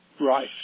Right